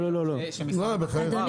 מה, בחייך.